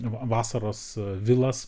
vasaros vilas